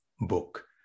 book